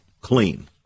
Clean